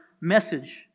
message